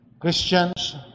Christians